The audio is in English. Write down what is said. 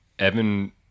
Evan